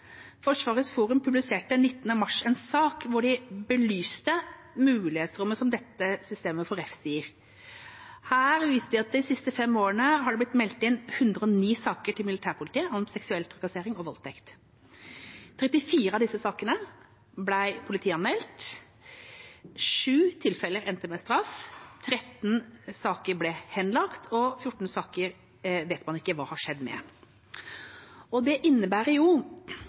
Forsvarets Forum publiserte 19. mars en sak hvor de belyste mulighetsrommet som dette systemet for refs gir. Her viser de til at de siste fem årene har det blitt meldt inn 109 saker til militærpolitiet om seksuell trakassering og voldtekt. 34 av disse sakene ble politianmeldt, 7 tilfeller endte med straff, 13 saker ble henlagt og 14 saker vet man ikke hva har skjedd med. Det innebærer jo